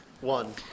one